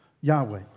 Yahweh